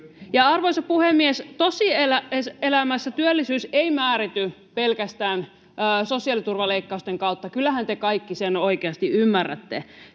Arvoisa puhemies! Tosielämässä työllisyys ei määrity pelkästään sosiaaliturvaleikkausten kautta. Kyllähän te kaikki sen oikeasti ymmärrätte.